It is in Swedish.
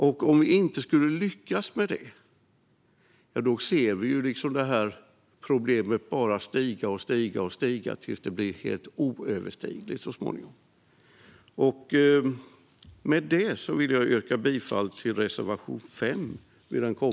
Och om vi inte skulle lyckas med det ser vi ett problem som bara ökar och ökar tills det så småningom blir helt oöverstigligt. Med det vill jag yrka bifall till reservation 5.